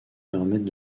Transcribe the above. permettent